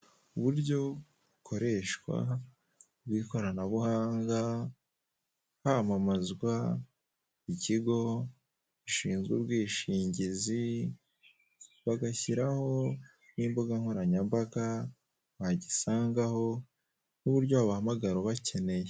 Uburyo bukoreshwa bw'ikoranabuhanga hamamazwa ikigo gishinzwe ubwishingizi bagashyiraho n'imbuga nkoranyambaga bagisangaho n'uburyo bahamagara bakeneye.